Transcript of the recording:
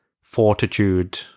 fortitude